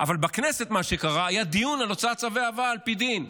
אבל מה שקרה בכנסת הוא שהיה דיון על הוצאת צווי הבאה על פי דין.